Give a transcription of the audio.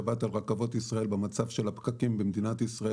במצב הפקקים במדינת ישראל,